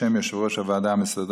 בשם יושב-ראש הוועדה המסדרת,